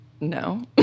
No